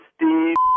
Steve